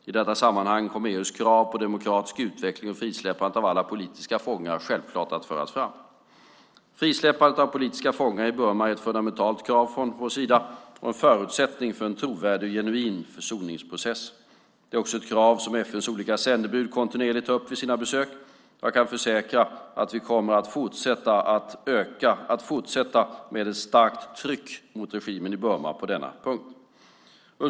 I detta sammanhang kommer EU:s krav på demokratisk utveckling och frisläppande av alla politiska fångar självklart att föras fram. Frisläppande av politiska fångar i Burma är ett fundamentalt krav från vår sida och en förutsättning för en trovärdig och genuin försoningsprocess. Det är också ett krav som FN:s olika sändebud kontinuerligt tar upp vid sina besök. Jag kan försäkra att vi kommer att fortsätta med ett starkt tryck mot regimen i Burma på denna punkt.